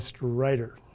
writer